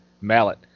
mallet